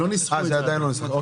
בסדר.